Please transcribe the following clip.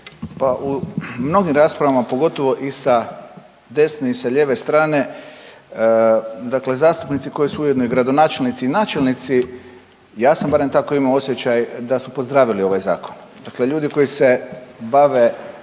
pa u mnogim raspravama pogotovo i sa desne i sa lijeve strane dakle zastupnici koji su ujedno i gradonačelnici i načelnici ja sam barem tako imao osjećaj da su pozdravili ovaj zakon. Dakle, ljudi koji se bave